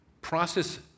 process